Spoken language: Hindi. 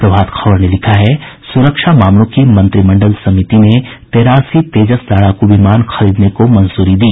प्रभात खबर ने लिखा है सुरक्षा मामलों की मंत्रिमंडल समिति ने तेरासी तेजस लड़ाकू विमान खरीदने को मंजूरी दी